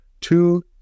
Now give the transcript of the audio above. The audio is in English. two